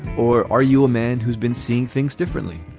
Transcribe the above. or are you a man who's been seeing things differently?